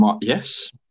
Yes